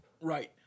Right